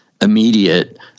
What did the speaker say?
immediate